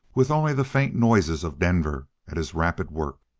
with only the faint noises of denver at his rapid work.